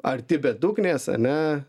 arti bedugnės ane